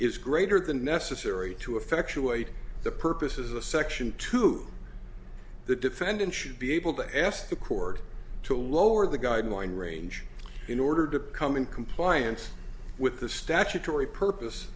is greater than necessary to effectuate the purposes a section to the defendant should be able to ask the court to lower the guideline range in order to come in compliance with the statutory purpose